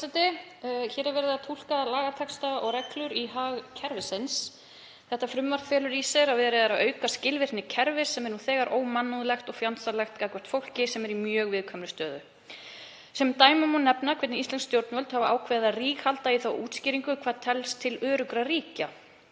Hér er verið er að túlka lagatexta og reglur í hag kerfisins. Þetta frumvarp felur í sér að verið er að auka skilvirkni í kerfi sem er nú þegar ómannúðlegt og fjandsamlegt gagnvart fólki sem er í mjög viðkvæmri stöðu. Sem dæmi má nefna hvernig íslensk stjórnvöld hafa ákveðið að ríghalda í þá útskýringu hvað telst til öruggra ríkja.